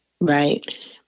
right